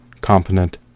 competent